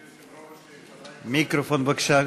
בבקשה,